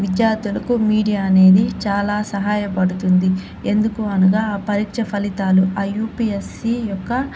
విద్యార్థులకు మీడియా అనేది చాలా సహాయపడుతుంది ఎందుకు అనగా ఆ పరీక్ష ఫలితాలు ఆ యూపీఎస్సీ యొక్క